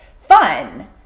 fun